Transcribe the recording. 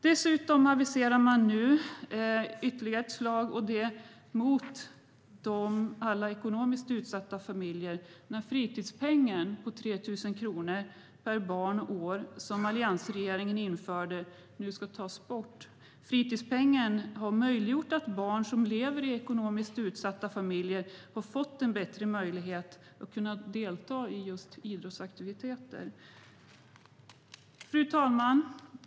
Dessutom aviserar regeringen ytterligare ett slag, mot alla ekonomiskt utsatta familjer när fritidspengen på 3 000 kronor per barn och år som alliansregeringen införde nu ska tas bort. Fritidspengen har lett till att barn som lever i ekonomiskt utsatta familjer har fått bättre möjlighet att kunna delta i just idrottsaktiviteter. Fru talman!